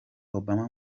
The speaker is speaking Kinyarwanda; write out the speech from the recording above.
obama